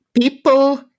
People